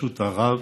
בראשות הרב